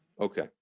Okay